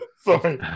Sorry